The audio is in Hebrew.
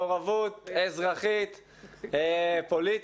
מעורבות אזרחית פוליטית,